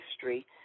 history